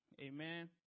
Amen